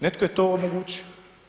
Netko je to omogućio.